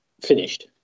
finished